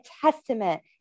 testament